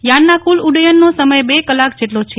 યાનના કુલ ઉડ્ડયનનો સમય બે કલાક જેટલો છે